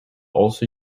also